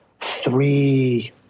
three